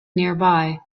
nearby